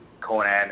Conan